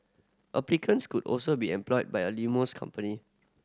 applicants could also be employed by a limousine company